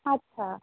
আচ্ছা